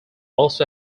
also